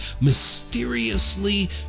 mysteriously